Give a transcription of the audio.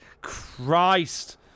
Christ